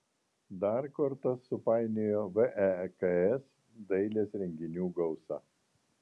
dar kortas supainiojo veks dailės renginių gausa